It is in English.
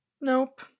nope